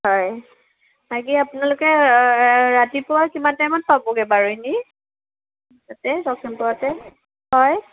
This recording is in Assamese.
হয় বাকী আপোনালোকে ৰাতিপুৱা কিমান টাইমত পাবগৈ বাৰু এনেই তাতে লখিমপুৰতে হয়